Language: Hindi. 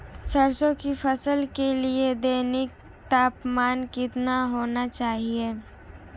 सरसों की फसल के लिए दैनिक तापमान कितना होना चाहिए?